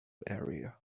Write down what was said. area